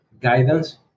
guidance